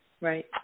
Right